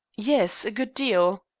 yes, a good deal.